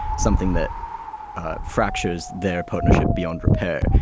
something that fractures their partnership beyond repair.